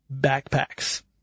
backpacks